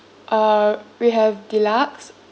uh we have deluxe